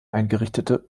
eingerichtete